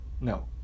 no